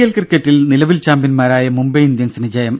L ക്രിക്കറ്റിൽ നിലവിൽ ചാമ്പ്യൻമാരായ മുംബൈ ഇന്ത്യൻസിന് ജയം